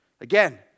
Again